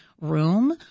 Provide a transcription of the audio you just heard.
room